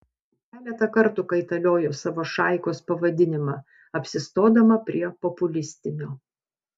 keletą kartų kaitaliojo savo šaikos pavadinimą apsistodama prie populistinio